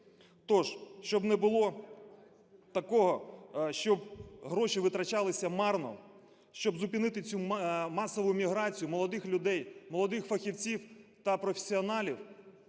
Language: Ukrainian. Тож, щоб не було такого, щоб гроші витрачалися марно, щоб зупинити цю масову міграцію молодих людей, молодих фахівців та професіоналів,